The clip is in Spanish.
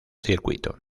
circuito